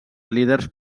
líders